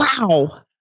Wow